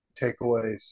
takeaways